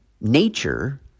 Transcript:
nature